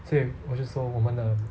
所以我就说我们的